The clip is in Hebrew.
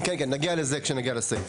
נגיע לזה כשנגיע לסעיף.